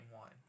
one